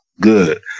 good